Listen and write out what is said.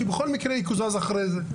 שבכל מקרה אחר כך יקוזז והנה,